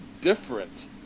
different